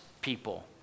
people